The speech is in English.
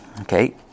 Okay